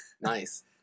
Nice